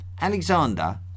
Alexander